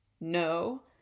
no